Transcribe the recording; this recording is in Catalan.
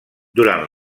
durant